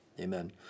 amen